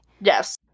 Yes